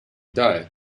die